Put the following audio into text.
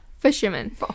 Fisherman